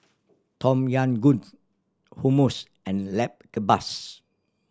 Tom Yam Goongs Hummus and Lamb Kebabs